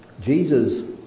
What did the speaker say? Jesus